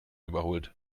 überholt